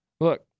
Look